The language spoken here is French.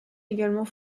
également